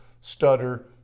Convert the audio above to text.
stutter